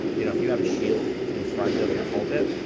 you know if you have a shield in front of your pulpit,